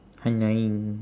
annoying